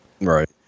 Right